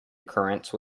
occurrence